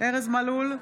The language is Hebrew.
ארז מלול,